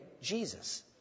Jesus